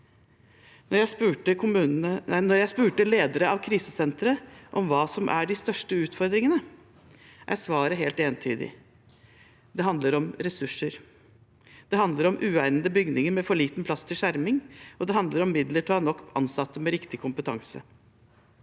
Da jeg spurte ledere av krisesentre om hva som er de største utfordringene, var svaret helt entydig: Det handler om ressurser, det handler om uegnede bygninger med for liten plass til skjerming, og det handler om midler til å ha nok ansatte med riktig kompetanse.